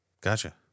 Gotcha